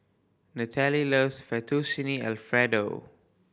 Nataly loves Fettuccine Alfredo